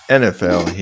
nfl